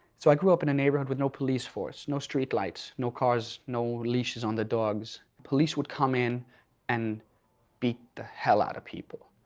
so i grew up in a neighborhood with no police force, no street lights, no cars, no leashes on the dogs. police would come in and beat the hell out of people.